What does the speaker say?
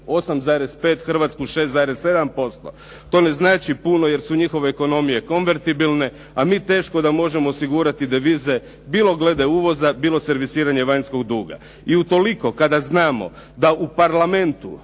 8,5, Hrvatsku 6,7. To ne znači puno jer su njihove ekonomije konvertibilne, a mi teško da možemo osigurati devize bilo glede uvoza, bilo servisiranje vanjskog duga. I utoliko, kada znamo da u Parlamentu